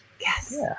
Yes